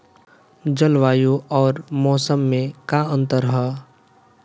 जलवायु अउर मौसम में का अंतर ह?